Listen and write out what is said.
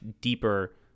deeper